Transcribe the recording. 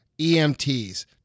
EMTs